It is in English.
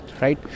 right